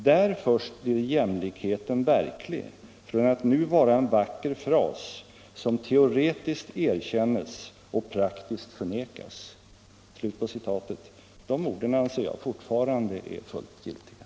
Där först blir jämlikheten verklig, från att nu vara en vacker fras, som teoretiskt erkännes och praktiskt förnekas.” De orden anser jag fortfarande vara fullt giltiga.